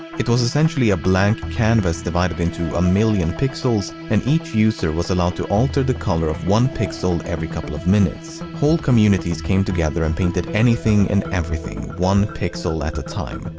it was essentially a blank canvas divided into million pixels, and each user was allowed to alter the color of one pixel every couple of minutes. whole communities came together and painted anything and everything, one pixel at a time.